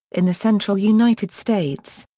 in the central united states.